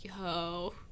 yo